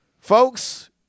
folks